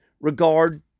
regard